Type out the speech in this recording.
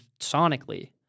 sonically